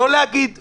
לא להגיד אולי,